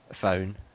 phone